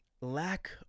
lack